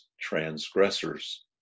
transgressors